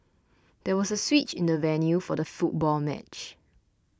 there was a switch in the venue for the football match